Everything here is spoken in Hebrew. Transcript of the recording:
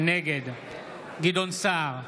נגד גדעון סער,